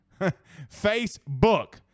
Facebook